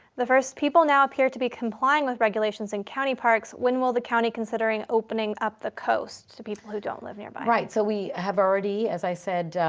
the first, people now appear to be complying with regulations in county parks. when will the county considering opening up the coast to people who don't live nearby? right. so we have already, as i said,